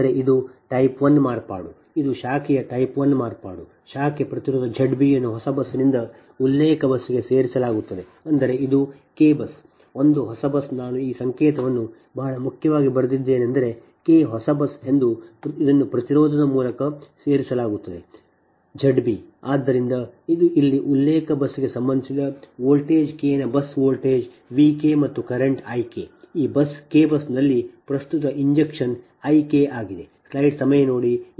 ಅಂದರೆ ಇದು type one ಮಾರ್ಪಾಡು ಇದು ಶಾಖೆಯ ಟೈಪ್ ಒನ್ ಮಾರ್ಪಾಡು ಶಾಖೆ ಪ್ರತಿರೋಧ Z b ಅನ್ನು ಹೊಸ ಬಸ್ನಿಂದ ಉಲ್ಲೇಖ ಬಸ್ಗೆ ಸೇರಿಸಲಾಗುತ್ತದೆ ಅಂದರೆ ಇದು k ಬಸ್ ಒಂದು ಹೊಸ ಬಸ್ ನಾನು ಈ ಸಂಕೇತವನ್ನು ಬಹಳ ಮುಖ್ಯವಾಗಿ ಬರೆದಿದ್ದೇನೆಂದರೆ k ಹೊಸ ಬಸ್ ಎಂದು ಇದನ್ನು ಪ್ರತಿರೋಧದ ಮೂಲಕ ಸೇರಿಸಲಾಗುತ್ತದೆ Z b ಆದ್ದರಿಂದ ಇಲ್ಲಿ ಉಲ್ಲೇಖ ಬಸ್ಗೆ ಸಂಬಂಧಿಸಿದ ವೋಲ್ಟೇಜ್ kಕೆ ನ ಬಸ್ ವೋಲ್ಟೇಜ್ v k ಮತ್ತು ಕರೆಂಟ್ I k ಈ ಬಸ್ k ಬಸ್ನಲ್ಲಿ ಪ್ರಸ್ತುತ ಇಂಜೆಕ್ಷನ್ I k ಆಗಿದೆ